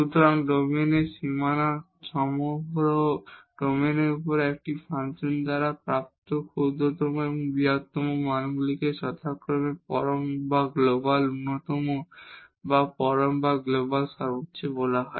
সুতরাং ডোমেইনের সীমানা সহ সমগ্র ডোমেনের উপর একটি ফাংশন দ্বারা প্রাপ্ত ক্ষুদ্রতম এবং বৃহত্তম মানগুলিকে যথাক্রমে চরম বা গ্লোবাল মাক্সিমাম মিনিমাম বলা হয়